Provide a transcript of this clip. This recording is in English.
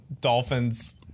Dolphins